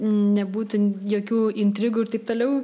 nebūtų jokių intrigų ir taip toliau